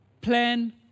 plan